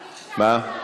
מה?